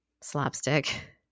slapstick